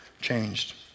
changed